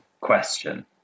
question